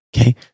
okay